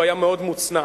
הוא היה מאוד מוצנע: